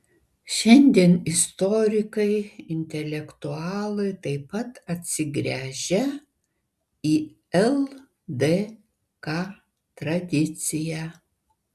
šiandien istorikai intelektualai taip pat atsigręžią į ldk tradiciją